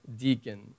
deacon